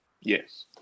Yes